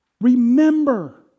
Remember